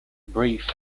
brief